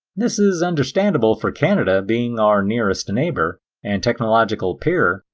this is understandable for canada being our nearest neighbor and technological peer,